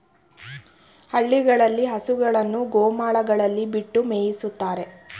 ಹಳ್ಳಿಗಳಲ್ಲಿ ಹಸುಗಳನ್ನು ಗೋಮಾಳಗಳಲ್ಲಿ ಬಿಟ್ಟು ಮೇಯಿಸುತ್ತಾರೆ